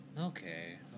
okay